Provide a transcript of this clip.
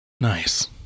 Nice